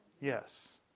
Yes